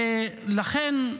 ולכן,